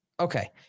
Okay